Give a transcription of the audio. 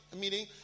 meeting